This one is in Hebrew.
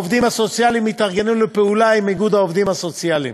העובדים הסוציאליים התארגנו לפעולה עם איגוד העובדים הסוציאליים.